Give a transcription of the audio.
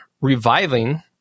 reviving